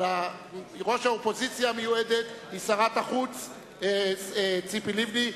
אבל ראש האופוזיציה המיועדת היא שרת החוץ ציפי לבני.